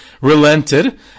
relented